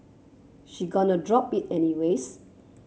she gonna drop it any ways